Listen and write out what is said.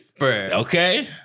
okay